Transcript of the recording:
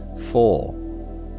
Four